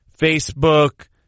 Facebook